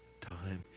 time